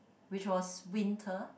which was winter